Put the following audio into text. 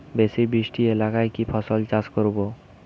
বেশি বৃষ্টি এলাকায় কি ফসল চাষ করব?